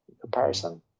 comparison